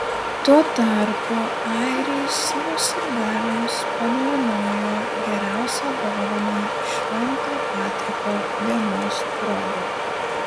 tuo tarpu airiai savo sirgaliams padovanojo geriausią dovaną švento patriko dienos proga